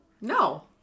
No